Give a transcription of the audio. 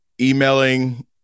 emailing